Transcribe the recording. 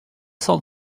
cent